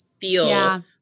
feel